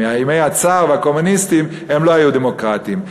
מימי הצאר והקומוניסטים, הם לא היו דמוקרטים.